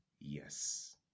yes